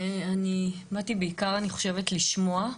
אני באתי בעיקר לשמוע,